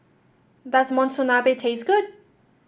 does Monsunabe taste good